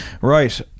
Right